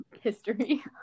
history